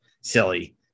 silly